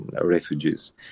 refugees